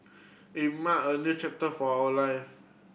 it mark a new chapter for our life